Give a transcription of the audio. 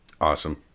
Awesome